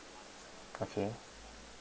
okay